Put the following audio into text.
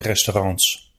restaurants